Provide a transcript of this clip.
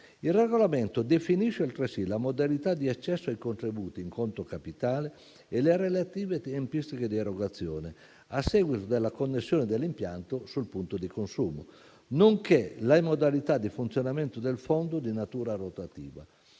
Il regolamento definisce, altresì, la modalità di accesso ai contributi in conto capitale e le relative tempistiche di erogazione a seguito della connessione dell'impianto sul punto del consumo, nonché le modalità di funzionamento del Fondo di natura rotativa.